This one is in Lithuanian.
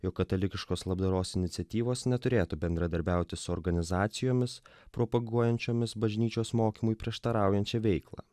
jog katalikiškos labdaros iniciatyvos neturėtų bendradarbiauti su organizacijomis propaguojančiomis bažnyčios mokymui prieštaraujančią veiklą